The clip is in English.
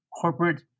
corporate